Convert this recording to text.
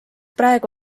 praegu